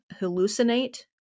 hallucinate